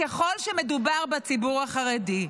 ככל שמדובר בציבור החרדי.